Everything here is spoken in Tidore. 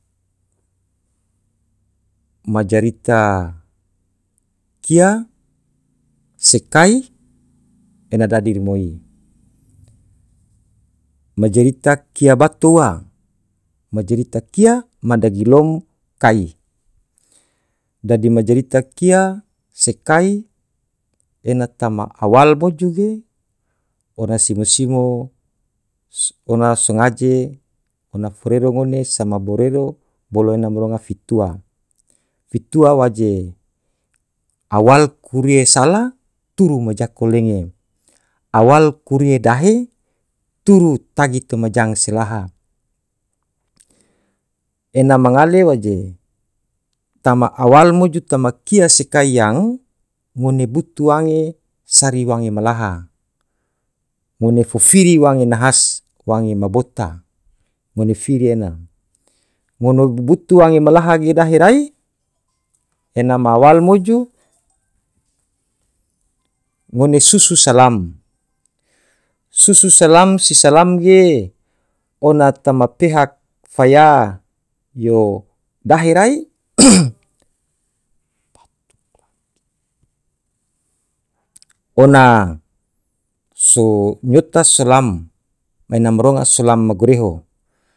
majarita kia se kai ena dadi rimoi majarita kia bato ua majarita kia ma dagilom kai dadi majarita kia se kai ena toma awal moju ge ona simo simo ona so ngaje ona forero ngone sema borero bolo ena ma ronga fitua. fitua waje awal kurehe sala turu ma jako lenge awal kurehe dahe turu tagi tema jang se laha ena mangale waje tama awal moju tama kia se kai yang ngone butu wange sari wange malaha ngone fo firi wange nahas wange ma bota ngone firi ena ngone butu wange malaha ge dahe rai. ena ma awal moju ngone susu salam, susu salam si salam ge ona toma pehak faya yo dahe rai ona so nyota salam ena ma ronga salam ma goreho